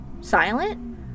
silent